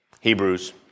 Hebrews